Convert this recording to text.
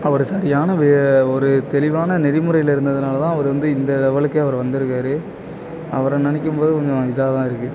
அவர் சரியான ஒரு தெளிவான நெறிமுறையில் இருந்ததுனால்தான் அவர் வந்து இந்த லெவலுக்கே அவர் வந்துருக்கார் அவரை நினைக்கும் போது கொஞ்சம் இதாக தான் இருக்குது